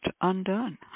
undone